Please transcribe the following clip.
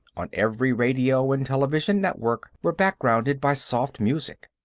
on every radio and television network, were backgrounded by soft music.